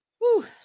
Woo